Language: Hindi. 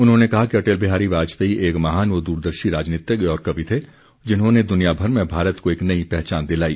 उन्होंने कहा कि अटल बिहारी वाजपेयी एक महान व दूरदर्शी राजनीतिज्ञ और कवि थे जिन्होंने दुनियाभर में भारत को एक नई पहचान दिलाई